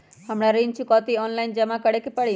हमरा ऋण चुकौती ऑनलाइन जमा करे के परी?